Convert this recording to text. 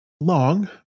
long